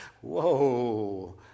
whoa